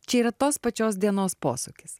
čia yra tos pačios dienos posūkis